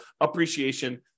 appreciation